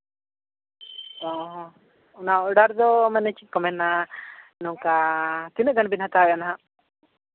ᱚᱸᱻ ᱚᱱᱟ ᱚᱰᱟᱨ ᱫᱚ ᱢᱟᱱᱮ ᱪᱮᱫ ᱠᱚ ᱢᱮᱱᱟ ᱱᱚᱝᱠᱟ ᱛᱤᱱᱟᱹᱜ ᱜᱟᱱ ᱵᱮᱱ ᱦᱟᱛᱟᱣᱮᱜ ᱱᱟᱦᱟᱜ